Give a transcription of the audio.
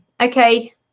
okay